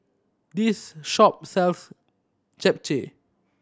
this shop sells Japchae